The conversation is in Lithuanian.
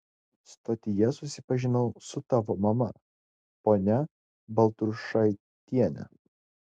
stotyje susipažinau su tavo mama ponia baltrušaitiene